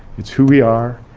it's who we are,